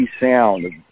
sound